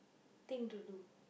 thing to do